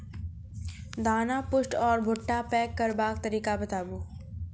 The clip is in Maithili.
दाना पुष्ट आर भूट्टा पैग करबाक तरीका बताऊ?